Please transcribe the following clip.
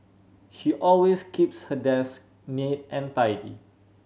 she always keeps her desk neat and tidy